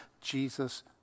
Jesus